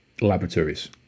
laboratories